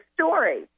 story